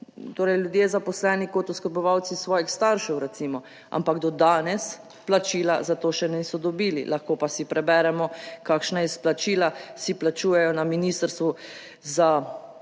torej ljudje zaposleni kot oskrbovalci svojih staršev, recimo, ampak do danes plačila za to še niso dobili. Lahko pa si preberemo, kakšna izplačila si plačujejo na Ministrstvu za